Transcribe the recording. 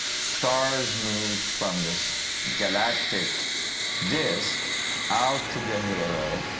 stars move from this galactic disk out to the halo,